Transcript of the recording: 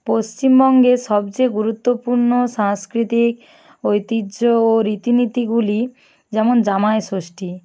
পশ্চিমবঙ্গে সবচেয়ে গুরুত্বপূর্ণ সাংস্কৃতিক ঐতিহ্য ও রীতিনীতিগুলি যেমন জামাই ষষ্ঠী